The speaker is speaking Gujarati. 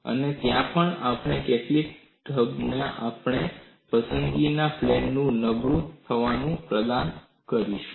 અને ત્યાં પણ આપણે કેટલીક ઢબમાં આપણી પસંદગીનું પ્લેન નબળું થવાનું પ્રદાન કરીશું